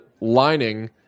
lining